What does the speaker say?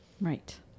Right